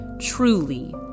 truly